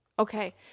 Okay